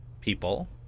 people